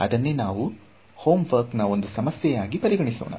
ಅದನ್ನೇ ನಾವು ಹೋಮ್ ವರ್ಕ್ನಾ ಒಂದು ಸಮಸ್ಯೆಯಾಗಿ ಪರಿಗಣಿಸೋಣ